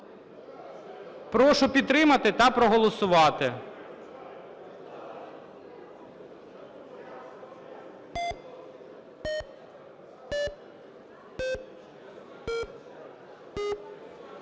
Прошу підтримати та проголосувати.